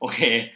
Okay